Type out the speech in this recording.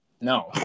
No